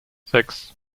sechs